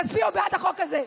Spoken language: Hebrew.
תצביעו בעד החוק הזה.